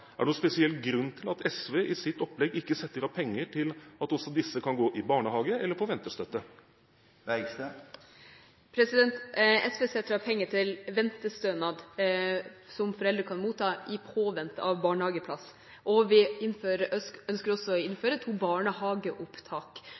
Er det noen spesiell grunn til at SV i sitt opplegg ikke setter av penger til at også disse kan gå i barnehage eller få ventestøtte? SV setter av penger til ventestønad som foreldre kan motta i påvente av barnehageplass. Vi ønsker også å